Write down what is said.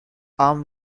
armed